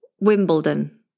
Wimbledon